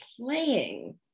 playing